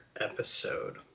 episode